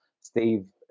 Steve